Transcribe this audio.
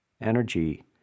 energy